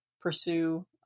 pursue